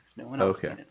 Okay